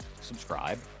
subscribe